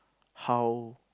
how